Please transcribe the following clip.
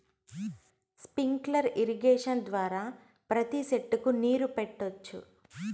sprinkler irrigation ద్వారా ప్రతి సెట్టుకు నీరు పెట్టొచ్చు